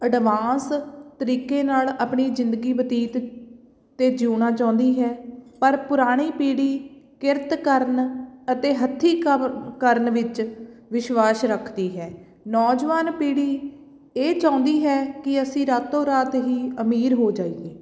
advance ਤਰੀਕੇ ਨਾਲ ਆਪਣੀ ਜ਼ਿੰਦਗੀ ਬਤੀਤ ਅਤੇ ਜਿਉਣਾ ਚਾਹੁੰਦੀ ਹੈ ਪਰ ਪੁਰਾਣੀ ਪੀੜ੍ਹੀ ਕਿਰਤ ਕਰਨ ਅਤੇ ਹੱਥੀਂ ਕੰਮ ਕਰਨ ਵਿੱਚ ਵਿਸ਼ਵਾਸ ਰੱਖਦੀ ਹੈ ਨੌਜਵਾਨ ਪੀੜ੍ਹੀ ਇਹ ਚਾਹੁੰਦੀ ਹੈ ਕਿ ਅਸੀਂ ਰਾਤੋ ਰਾਤ ਹੀ ਅਮੀਰ ਹੋ ਜਾਈਏ